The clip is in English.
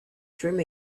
dream